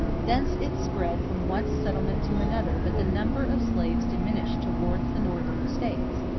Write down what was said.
thence it spread from one settlement to another but the number of slaves diminished towards the northern states,